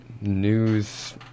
news